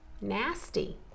nasty